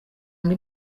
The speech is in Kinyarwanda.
ngo